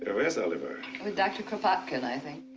and where's oliver? with dr. kropotkin, i think.